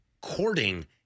courting